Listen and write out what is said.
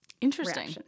Interesting